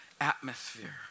atmosphere